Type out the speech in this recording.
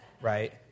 right